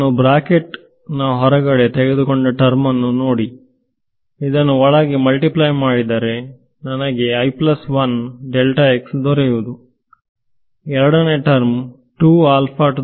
ನಾನು ಬ್ರಾಕೆಟ್ ನಾ ಹೊರಗಡೆ ತೆಗೆದುಕೊಂಡ ಟರ್ಮ್ ಅನ್ನು ನೋಡಿ ಇದನ್ನು ಒಳಗೆ ಮಲ್ಟಿಪ್ಲೆ ಮಾಡಿದರೆ ನನಗೆ ದೊರೆಯುವುದು ಎರಡನೇ ಟರ್ಮ್